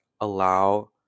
allow